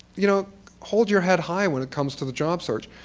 you know hold your head high when it comes to the job search.